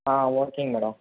ah okay madam